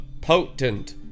potent